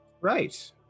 Right